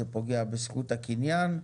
שזה פוגע בזכות הקניין,